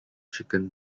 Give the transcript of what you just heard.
chicken